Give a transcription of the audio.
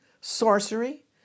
sorcery